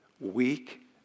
weak